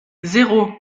zéro